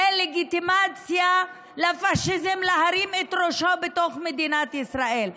זו לגיטימציה לפשיזם להרים את ראשו בתוך מדינת ישראל,